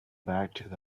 back